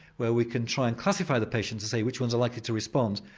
where we can try and classify the patients to say which ones are likely to respond,